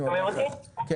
אני